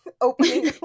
opening